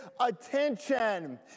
attention